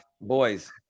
boys